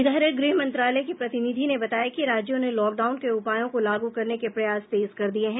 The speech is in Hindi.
इधर गृह मंत्रालय की प्रतिनिधि ने बताया कि राज्यों ने लॉकडाउन के उपायों को लागू करने के प्रयास तेज कर दिए हैं